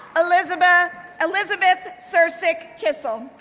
elizabeth elizabeth so srsic kysel,